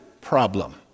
problem